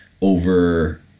over